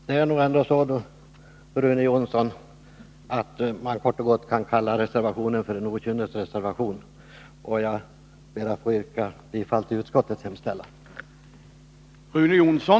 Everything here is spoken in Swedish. Det är nog ändå så, Rune Jonsson, att man kort och gott kan kalla reservationen för en okynnesreservation. Herr talman! Jag ber att få yrka bifall till utskottets hemställan.